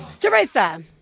Teresa